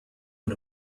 one